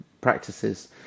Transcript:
practices